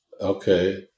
Okay